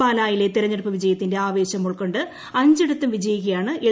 പാലായിലെ തിരഞ്ഞെടുപ്പ് വിജയത്തിന്റെ ആവേശം ഉൾക്കൊണ്ട് അഞ്ചിടത്തും വീജ്യിക്കുകയാണ് എൽ